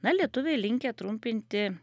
na lietuviai linkę trumpinti